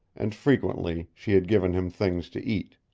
and frequently she had given him things to eat.